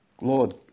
Lord